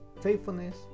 faithfulness